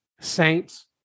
Saints